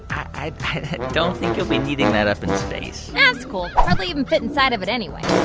i don't think you'll be needing that up in space that's cool hardly even fit inside of it anyway.